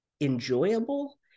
enjoyable